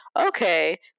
okay